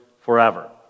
forever